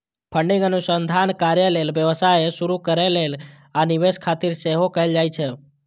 funding अनुसंधान कार्य लेल, व्यवसाय शुरू करै लेल, आ निवेश खातिर सेहो कैल जाइ छै